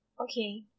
okay